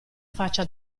faccia